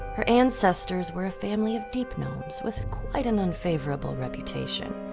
her ancestors were a family of deep gnomes with quite an unfavorable reputation.